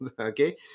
okay